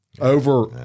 Over